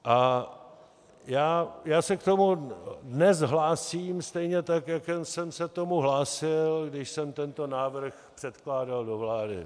A já se k tomu dnes hlásím, stejně tak jako jsem se k tomu hlásil, když jsem tento návrh předkládal do vlády.